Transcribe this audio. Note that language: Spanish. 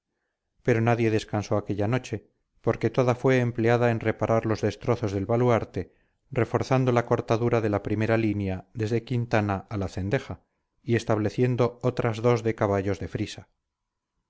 pero nadie descansó aquella noche porque toda fue empleada en reparar los destrozos del baluarte reforzando la cortadura de la primera línea desde quintana a la cendeja y estableciendo otras dos de caballos de frisa